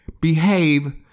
behave